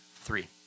Three